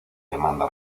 demanda